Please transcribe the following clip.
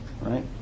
Right